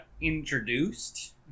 introduced